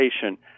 patient